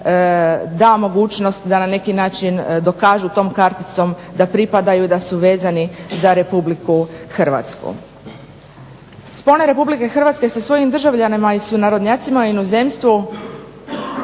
da mogućnost da na neki način dokažu tom karticom da pripadaju, da su vezani za RH. Spone RH sa svojim državljanima i sunarodnjacima u inozemstvu